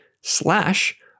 slash